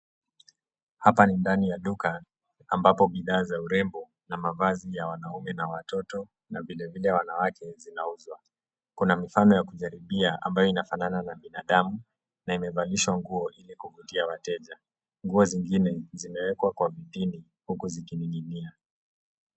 Hapa ni ndani ya duka ambapo bidhaa za urembo na mavazi ya wanaume na watoto, na vilevile ya wanawake zinauzwa. Kuna mifano ya kujaribia ambayo inafanana na binadamu na imevalishwa nguo ili kuvutia wateja. Nguo zingine zimewekwa kwa vipini huku ziinig'inia.